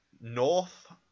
North